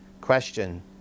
question